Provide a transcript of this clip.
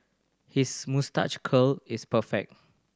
his moustache curl is perfect